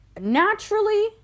naturally